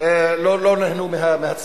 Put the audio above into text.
לא נהנו מהצמיחה.